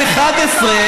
הבית היהודי מפחד,